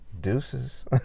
Deuces